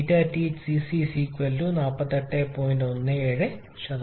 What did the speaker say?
ഒരു ഗണിതശാസ്ത്ര പദപ്രയോഗം ഇപ്രകാരമാണ് 𝜂𝑡ℎ𝐶𝐶 𝑊𝑛𝑒𝑡𝐶𝐶𝑞𝐺𝑇 48